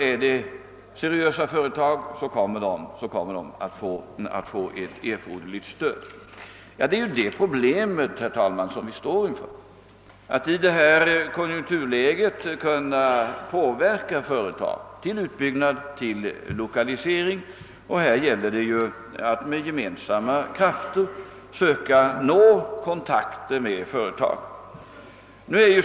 Är det fråga om seriösa företag, kommer de att få erforderligt stöd. Det problem, herr talman, som vi står inför är att i detta konjunkturläge kunna påverka företag till utbyggnad och till lokalisering. Här gäller det att med gemensamma krafter söka nå kontakter med företagen.